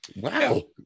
wow